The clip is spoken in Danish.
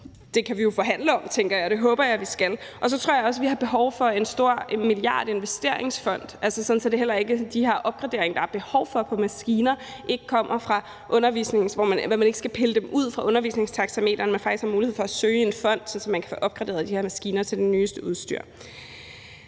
det kan vi jo forhandle om, tænker jeg, og det håber jeg at vi skal. Og så tror jeg også, vi har behov for 1 mia. kr. til en investeringsfond, sådan at midler til de her opgraderinger af maskiner, som der er behov for, ikke kommer fra undervisningen, altså så man ikke skal pille dem ud fra undervisningstaxameteret, men faktisk har mulighed for at søge i en fond, sådan at man kan få opgraderet de her maskiner til det nyeste udstyr.